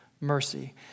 mercy